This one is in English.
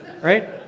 right